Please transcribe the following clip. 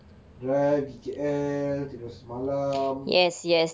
drive ke K_L tidur semalam